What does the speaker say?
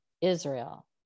Israel